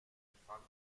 befand